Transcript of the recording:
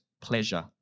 pleasure